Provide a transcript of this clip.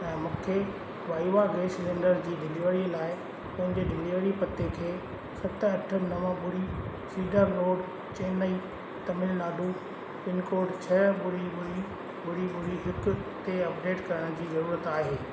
ऐं मूंखे वाईवा गैस सिलेंडर जी डिलेवरीअ लाइ पंहिंजे डिलेवरी पते खे सत अठ नव ॿुड़ी cedar road Chennai Tamil Nadu pin code छह ॿुड़ी ॿुड़ी ॿुड़ी ॿुड़ी हिकु ते अपडेट करण जी ज़रुरत आहे